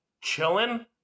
chilling